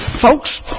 Folks